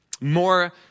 More